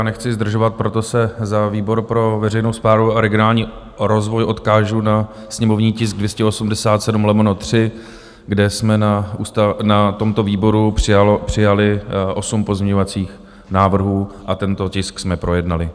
Nechci zdržovat, proto se za výbor pro veřejnou spáru a regionální rozvoj odkážu na sněmovní tisk 287/3, kde jsme na tomto výboru přijali osm pozměňovacích návrhů a tento tisk jsme projednali.